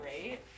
right